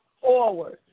forward